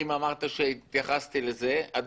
אם אמרת שהתייחסתי לזה כך.